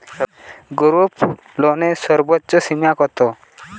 গ্রুপলোনের সর্বোচ্চ সীমা কত?